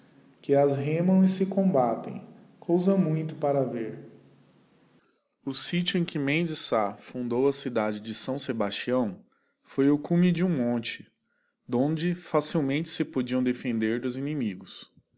que as reinam e se combatem cousa muito para ver o sitio em que mem de sá fundou a cidade de s sebastião foi o cume de um monte donde facilmente se podiam defender dos inimigos